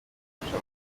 kurusha